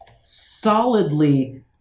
solidly